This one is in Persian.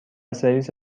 سرویس